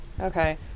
Okay